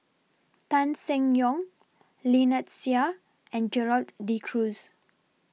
Tan Seng Yong Lynnette Seah and Gerald De Cruz